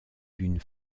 d’une